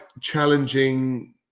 challenging